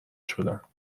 شدن